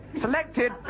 Selected